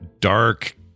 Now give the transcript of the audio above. dark